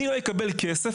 אני לא אקבל כסף,